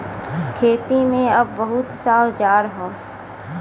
खेती में अब बहुत सा औजार हौ